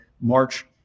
March